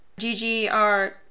GGR